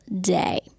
day